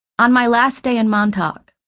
on my last day in montauk,